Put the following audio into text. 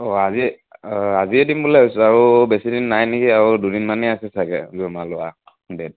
অঁ আজি অঁ আজিয়েই দিম বুলি ভাবিছিলোঁ আৰু বেছি দিন নাই নেকি আৰু দুদিনমানহে আছে চাগৈ জমা লোৱা ডেট